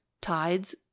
tides